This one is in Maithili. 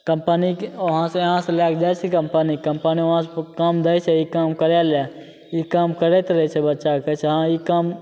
कम्पनीके वहाँसे यहाँसे लैके जाइ छै कम्पनी कम्पनी वहाँ काम दै छै काम करैले ई काम करैत रहै छै बच्चा कहै छै हँ ई काम